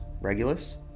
Regulus